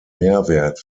mehrwert